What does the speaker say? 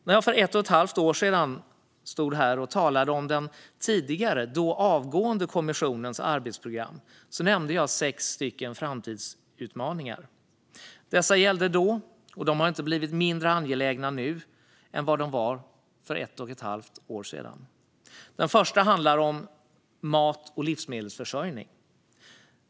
När jag för ett och ett halvt år sedan talade om den tidigare och då avgående kommissionens arbetsprogram nämnde jag sex framtidsutmaningar. Dessa gällde då, och de har inte blivit mindre angelägna nu än vad de var för ett och ett halvt år sedan. Den första handlar om mat och livsmedelsförsörjning.